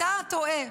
אתה טועה.